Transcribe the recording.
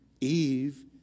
Eve